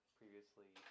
previously